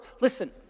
listen